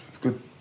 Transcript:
good